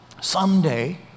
Someday